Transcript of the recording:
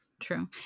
True